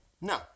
No